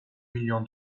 milyon